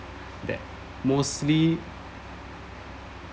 that mostly